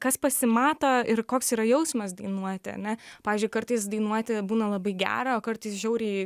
kas pasimato ir koks yra jausmas dainuoti ane pavyzdžiui kartais dainuoti būna labai gera o kartais žiauriai